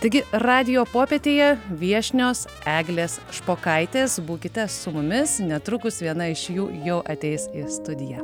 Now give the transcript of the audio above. taigi radijo popietyje viešnios eglės špokaitės būkite su mumis netrukus viena iš jų jau ateis į studiją